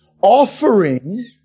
Offering